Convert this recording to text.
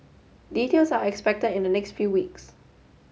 details are expected in the next few weeks